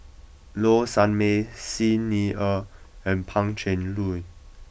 Low Sanmay Xi Ni Er and Pan Cheng Lui